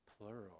plural